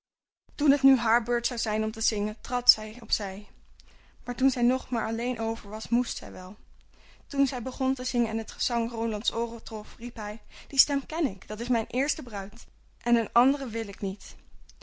toen het nu haar beurt zou zijn om te zingen trad zij op zij maar toen zij nog maar alleen over was moest zij wel toen zij begon te zingen en het gezang roland's ooren trof riep hij die stem ken ik dat is mijn eerste bruid en een andere wil ik niet